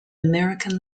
american